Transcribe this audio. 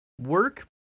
work